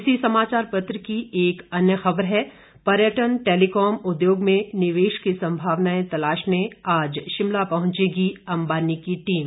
इसी समाचार पत्र की एक अन्य खबर है पर्यटन टेलीकॉम उद्योग में निवेश की संभावनाएं तलाशने आज शिमला पहुंचेगी अंबानी की टीम